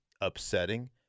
upsetting